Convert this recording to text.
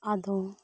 ᱟᱫᱚ